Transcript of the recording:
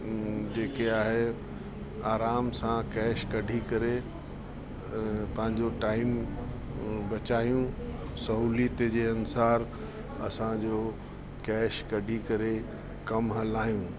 जेके आहे आराम सां कैश कढी करे पंहिंजो टाइम बचायूं सहुलियत जे अनुसार असांजो कैश कढी करे कम हलायूं